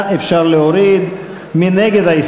לא נתקבלה.